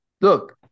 look